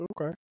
okay